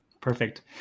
Perfect